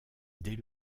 dès